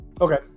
Okay